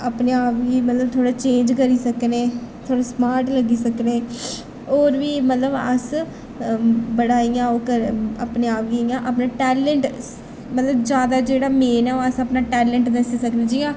अपने आप गी मतलब थोह्ड़ा चेंज करी सकनें थोह्ड़ा स्मार्ट लग्गी सकनें होर बी मतलब अस बड़ा इ'यां ओह् कर अपने आप गी इ'यां अपने टैलंट मतलब जैदा जेह्ड़ा मेन ऐ ओह् अस अपना टैलंट दस्सी सकनें जि'यां